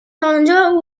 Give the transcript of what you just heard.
آنجا